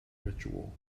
ritual